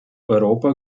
europa